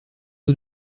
eau